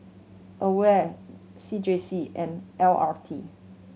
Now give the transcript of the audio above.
AWARE C J C and L R T